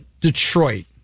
Detroit